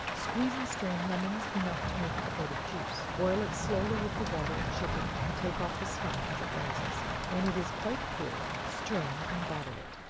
squeeze and strain lemons enough to make a quart of juice boil it slowly with the water and sugar, and take off the scum as it rises when it is quite clear, strain and bottle it.